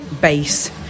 base